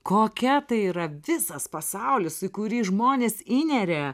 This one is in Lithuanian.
kokia tai yra visas pasaulis į kurį žmonės įneria